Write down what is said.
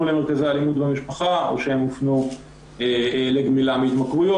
למרכזי אלימות במשפחה או שהופנו לגמילה מהתמכרויות.